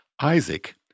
Isaac